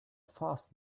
fast